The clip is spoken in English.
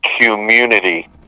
community